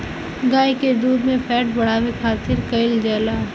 गाय के दूध में फैट बढ़ावे खातिर का कइल जाला?